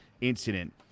incident